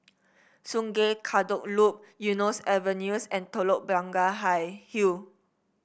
Sungei Kadut Loop Eunos Avenues and Telok Blangah Hi Hill